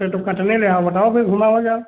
फिर तुम कटने लेहो बताओ फिर घूम आवा जाए